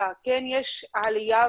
בישוב.